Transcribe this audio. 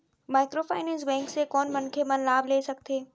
Microfinance bank से कोन मनखे मन लाभ ले सकथे?